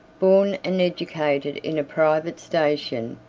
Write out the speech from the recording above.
born and educated in a private station,